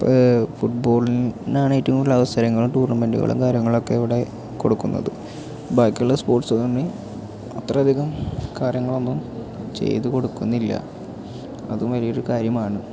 ഫുട് ബോളിനാണ് ഏറ്റവും കൂടുതലവസരങ്ങളും ടൂർണമെൻടുകളും കാര്യങ്ങളൊക്കെ ഇവിടെ കൊടുക്കുന്നത് ബാക്കിയുള്ള സ്പോർട്സ് തമ്മിൽ അത്ര അധികം കാര്യങ്ങളൊന്നും ചെയ്തു കൊടുക്കുന്നില്ല അതും വലിയൊരു കാര്യമാണ്